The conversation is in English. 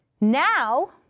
Now